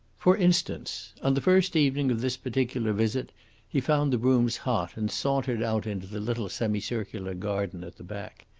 for instance. on the first evening of this particular visit he found the rooms hot, and sauntered out into the little semicircular garden at the back.